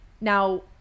Now